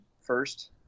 first